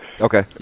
Okay